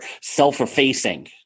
self-effacing